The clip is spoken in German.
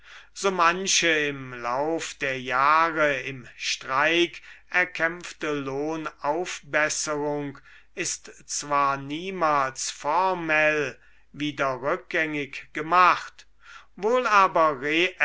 so manche im lauf dör jahre im streik erkämpfte lohnaufbesserung ist zwar niemals formell wieder rückgängig gemacht wohl aber